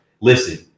listen